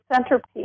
centerpiece